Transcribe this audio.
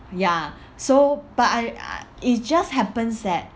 ya so but I it just happens that